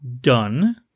done